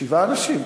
שבעה אנשים.